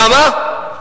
למה?